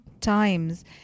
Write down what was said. times